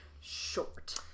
short